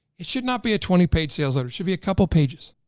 it should not be a twenty page sales letter. it should be a couple pages.